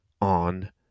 on